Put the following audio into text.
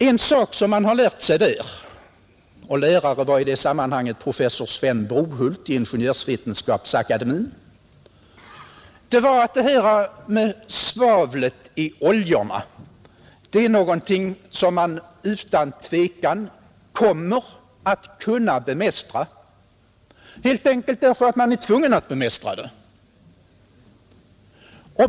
En sak som man har lärt sig — lärare var i det sammanhanget professor Sven Brohult, Ingenjörsvetenskapsakademien — är att svavelhalten i oljorna är någonting som man utan tvivel kommer att kunna bemästra, helt enkelt därför att man är tvungen att bemästra det.